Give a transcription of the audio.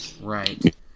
Right